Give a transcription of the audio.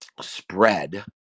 spread